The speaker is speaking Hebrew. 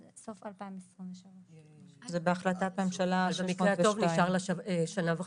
סוף שנת 2023. זה בהחלטת ממשלה שבמקרה הטוב נשארה לה שנה וחצי.